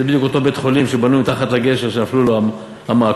זה בדיוק אותו בית-חולים שבנו מתחת לגשר שנפלו לו המעקות,